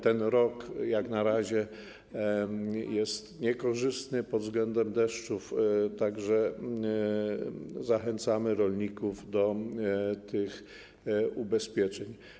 Ten rok jak na razie jest niekorzystny pod względem deszczów, tak że zachęcamy rolników do tych ubezpieczeń.